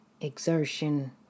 exertion